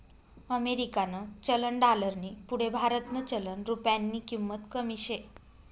अमेरिकानं चलन डालरनी पुढे भारतनं चलन रुप्यानी किंमत कमी शे